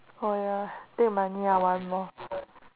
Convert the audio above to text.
orh ya take money I want more